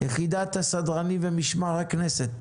יחידת הסדרנים ומשמר הכנסת.